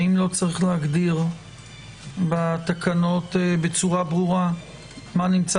האם לא צריך להגדיר בתקנות בצורה ברורה מה נמצא